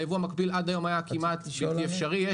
היבוא המקביל עד היום היה כמעט בלתי אפשרי.